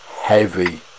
Heavy